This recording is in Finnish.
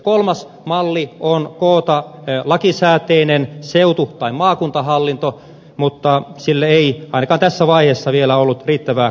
kolmas malli on koota lakisääteinen seutu tai maakuntahallinto mutta sille ei ainakaan tässä vaiheessa vielä ollut riittävää kannatusta